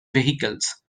vehicles